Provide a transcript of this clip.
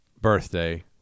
birthday